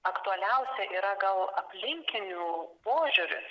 aktualiausia yra gal aplinkinių požiūris